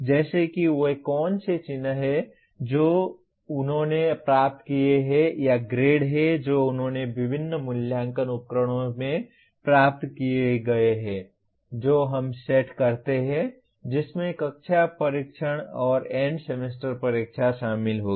जैसे कि वे कौन से चिह्न हैं जो उन्होंने प्राप्त किए हैं या ग्रेड हैं जो उन्होंने विभिन्न मूल्यांकन उपकरणों में प्राप्त किए हैं जो हम सेट करते हैं जिसमें कक्षा परीक्षण और एंड सेमेस्टर परीक्षा शामिल होगी